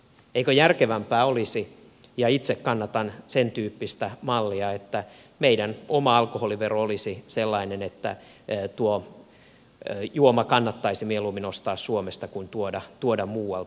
eikö järkevämpää olisi ja itse kannatan sentyyppistä mallia että meidän oma alkoholivero olisi sellainen että tuo juoma kannattaisi mieluummin ostaa suomesta kuin tuoda muualta